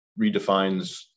redefines